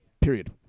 Period